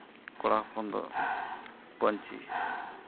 ᱟᱨ ᱠᱚᱲᱟ ᱦᱚᱯᱚᱱ ᱫᱚ ᱯᱟᱹᱧᱪᱤ